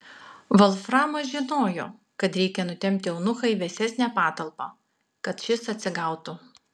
volframas žinojo kad reikia nutempti eunuchą į vėsesnę patalpą kad šis atsigautų